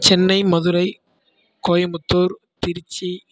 Chennai Madurai Coimbatore Trichy